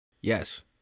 Yes